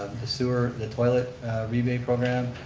the sewer, the toilet rebate program,